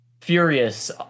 furious